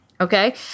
okay